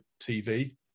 TV